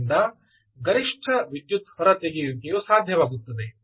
ಆದ್ದರಿಂದ ಗರಿಷ್ಠ ವಿದ್ಯುತ್ ಹೊರತೆಗೆಯುವಿಕೆ ಸಾಧ್ಯವಾಗುತ್ತದೆ